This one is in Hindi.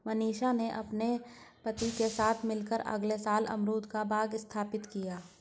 मनीषा ने अपने पति के साथ मिलकर अमरूद का बाग स्थापित किया